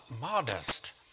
modest